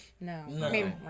No